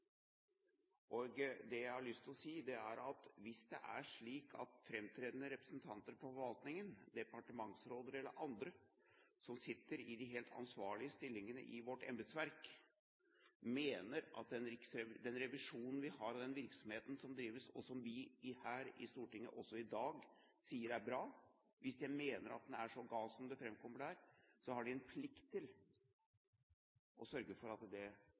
posisjon. Det jeg har lyst til å si, er at hvis det er slik at framtredende representanter for forvaltningen, departementsråder eller andre, som sitter i de helt ansvarlige stillingene i vårt embetsverk, mener at den revisjonen vi har av den virksomheten som drives – som vi her i Stortinget også i dag sier er bra – er så gal som det framkommer der, har de en plikt til å sørge for at det